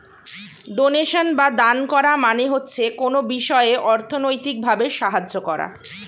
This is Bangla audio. ডোনেশন বা দান করা মানে হচ্ছে কোনো বিষয়ে অর্থনৈতিক ভাবে সাহায্য করা